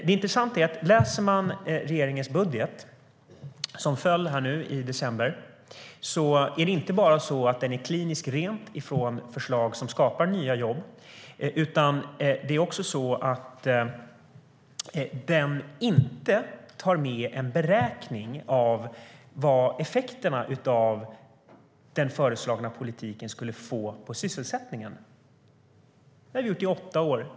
Det intressanta är att om man läser regeringens budget som föll i december ser man inte bara att den är kliniskt ren från förslag som skapar nya jobb utan också att den inte tar med en beräkning av vilka effekter den föreslagna politiken skulle få på sysselsättningen. Det har Alliansen gjort i åtta år.